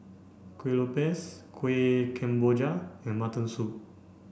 Kueh Lopes Kuih Kemboja and mutton soup